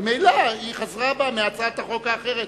ממילא היא חזרה בה מהצעת החוק האחרת,